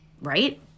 right